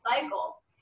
cycle